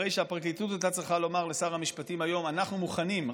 הרי שהפרקליטות הייתה צריכה לומר לשר המשפטים היום: אנחנו מוכנים,